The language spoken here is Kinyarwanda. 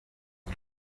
the